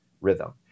rhythm